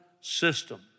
system